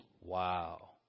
Wow